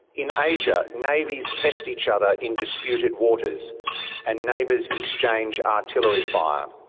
in asia, navies test each other in disputed waters and neighbours exchange artillery fire.